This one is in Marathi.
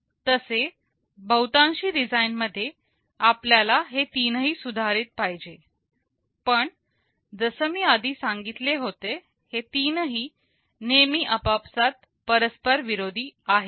तसे बहुतांशी डिझाइनमध्ये आपल्याला हे तीनही सुधारित पाहिजे पण जसं मी आधी सांगितलं होतं हे तीनही नेहमी आपापसात परस्पर विरोधी आहेत